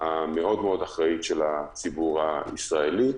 המאוד מאוד אחראית של הציבור הישראלי,